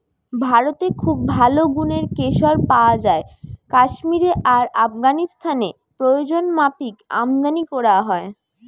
ভারতে খুব ভালো গুনের কেশর পায়া যায় কাশ্মীরে আর আফগানিস্তানে প্রয়োজনমাফিক আমদানী কোরা হয়